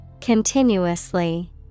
Continuously